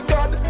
God